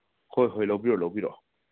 ꯍꯣꯏ ꯍꯣꯏ ꯂꯧꯕꯤꯔꯛꯑꯣ ꯂꯧꯕꯤꯔꯛꯑꯣ